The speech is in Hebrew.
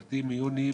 מיוני,